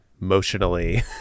emotionally